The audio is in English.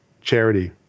charity